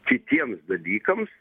kitiems dalykams